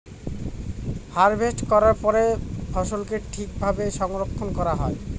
harvest করার পরে ফসলকে ঠিক ভাবে সংরক্ষন করা হয়